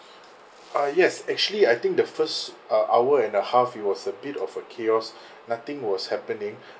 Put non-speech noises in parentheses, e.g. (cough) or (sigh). ah yes actually I think the first uh hour and a half it was a bit of a chaos (breath) nothing was happening (breath)